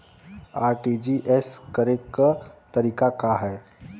RTGS करे के तरीका का हैं?